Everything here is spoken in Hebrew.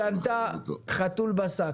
היא קנתה חתול בשק.